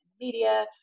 media